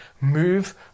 move